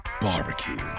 Barbecue